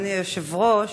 אדוני היושב-ראש,